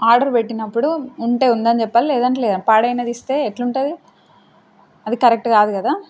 order పెట్టినప్పుడు ఉంటే ఉందని చెప్పాలి లేదంటే లేదని పాడైనదిస్తే ఎలా ఉంటుంది అది కరెక్ట్ కాదు కదా